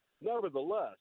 Nevertheless